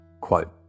Quote